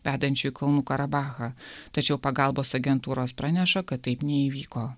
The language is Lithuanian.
vedančiu į kalnų karabachą tačiau pagalbos agentūros praneša kad taip neįvyko